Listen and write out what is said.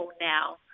now